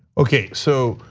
okay, so,